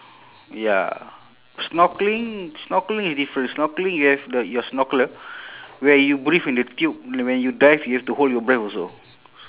ya snorkeling snorkeling is different snorkeling you have the your snorkeler where you breathe in the tube when you dive you have to hold your breath also